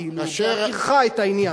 כאילו, בהכירך את העניין.